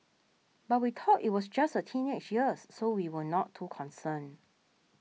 but we thought it was just her teenage years so we were not too concerned